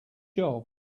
job